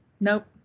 nope